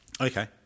Okay